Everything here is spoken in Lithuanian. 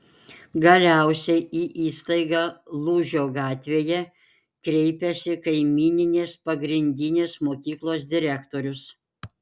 galiausiai į įstaigą lūžio gatvėje kreipiasi kaimyninės pagrindinės mokyklos direktorius